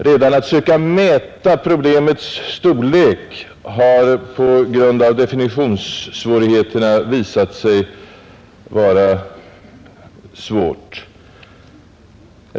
Redan att söka mäta problemets storlek har just på grund av definitionssvårigheterna visat sig vara besvärligt.